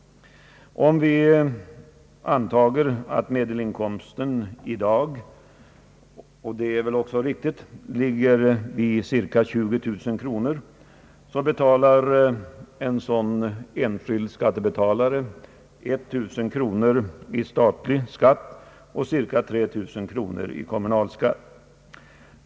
Om vi antar att medelinkomsten i dag — och det är väl riktigt — ligger vid 20 000 kronor om året betalar en sådan enskild skattebetalare 1 000 kronor i statlig skatt och cirka 3 000 i kommunalskatt.